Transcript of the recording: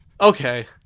Okay